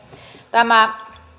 tämä